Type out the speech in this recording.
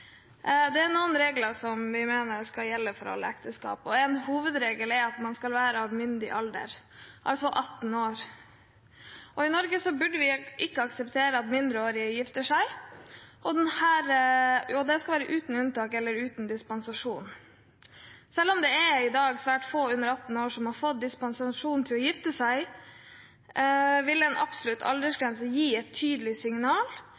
Det er noen regler som vi mener skal gjelde for alle ekteskap. En hovedregel er at man skal være i myndig alder, altså over 18 år. I Norge burde vi ikke akseptere at mindreårige gifter seg, og det skal være uten unntak eller dispensasjon. Selv om det i dag er svært få under 18 år som har fått dispensasjon til å gifte seg, vil en absolutt aldersgrense gi et tydelig signal